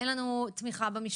אין לנו תמיכה מספקת במשפחה.